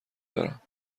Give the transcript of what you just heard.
دارم